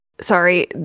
sorry